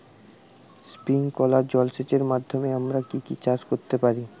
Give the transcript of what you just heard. Sprinkler জলসেচের মাধ্যমে আমরা কি কি চাষ করতে পারি?